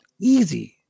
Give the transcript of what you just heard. easy